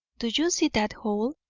do you see that hole?